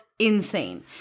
insane